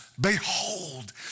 behold